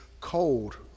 cold